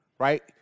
right